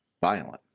violent